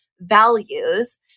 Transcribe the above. values